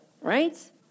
right